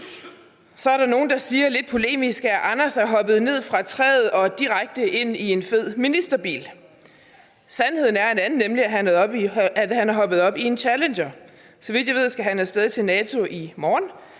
Så er der nogle, der siger lidt polemisk, at Anders er hoppet ned fra træet og direkte ind i en fed ministerbil. Sandheden er, at han er hoppet op i en Challenger. Så vidt jeg ved, skal han af sted til et NATO-møde i morgen.